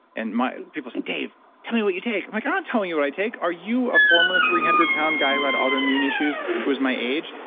and people say, dave, tell me what you take. i'm like i'm not telling you what i take. are you a former three hundred pound guy who had autoimmune issues? who is my age?